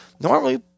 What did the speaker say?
normally